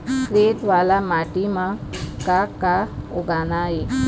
रेत वाला माटी म का का उगाना ये?